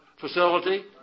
facility